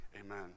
amen